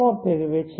માં ફેરવે છે